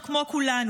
כמו כולנו,